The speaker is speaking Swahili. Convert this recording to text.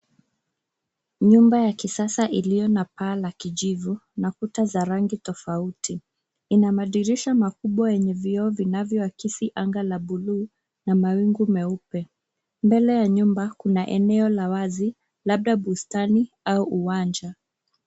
Nyumba ya kisasa iliyo na paa la kijivu na kuta za rangi tofauti. Ina madirisha makubwa yenye vioo vinavyoakisi anga la bluu na mawingu meupe. Mbele ya nyumba kuna eneo la wazi labda bustani au uwanja.